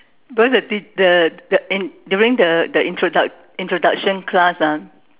because the tea~ the the in~ during the the introduct~ the introduction class ah